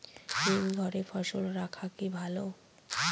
হিমঘরে ফসল রাখা কি ভালো?